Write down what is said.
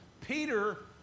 Peter